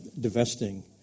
divesting